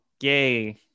yay